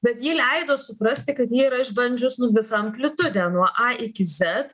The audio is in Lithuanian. bet ji leido suprasti kad ji yra išbandžius visą amplitudę nuo a iki zet